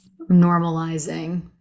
normalizing